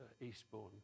Eastbourne